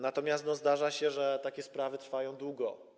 Natomiast zdarza się, że takie sprawy trwają długo.